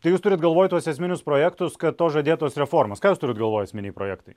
tai jūs turit galvoj tuos esminius projektus kad tos žadėtos reformos ką jūs turit galvoj esminiai projektai